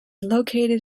located